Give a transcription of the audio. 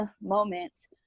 moments